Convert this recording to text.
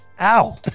ow